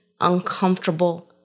uncomfortable